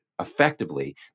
Effectively